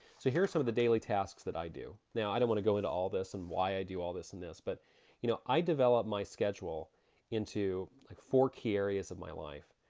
so here are some of the daily tasks that i do. now i don't wanna go into all this and why i do all this and this, but you know i develop my schedule into like four key areas of my life.